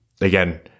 again